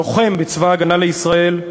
לוחם בצבא הגנה לישראל,